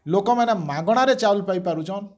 ଲୋକମାନେ ମାଗଣାରେ ଚାଉଲ୍ ପାଇପାରୁଛନ୍